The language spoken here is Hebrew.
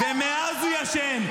ומאז הוא ישן.